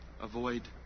avoid